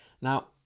Now